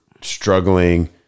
struggling